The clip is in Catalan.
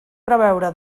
preveure